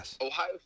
Ohio